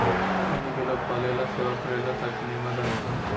एहनी के लोग पालेला सेवा करे ला ताकि नीमन रह सन